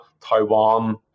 Taiwan